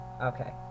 Okay